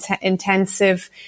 intensive